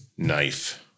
Knife